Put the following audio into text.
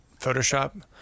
Photoshop